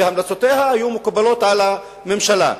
והמלצותיה היו מקובלות על הממשלה.